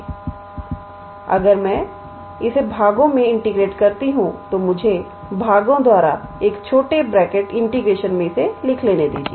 इसलिए अगर मैं इसे भागों में इंटीग्रेट करती हूं तो मुझे भागों द्वारा एक छोटे ब्रैकेट इंटीग्रेशन में लिख लेने दीजिए